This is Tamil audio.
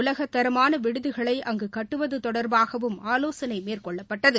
உலகத்தரமான விடுதிகளை அங்கு கட்டுவது தொடர்பாகவும் ஆலோசனை மேற்கொள்ளப்பட்டது